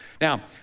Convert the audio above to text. Now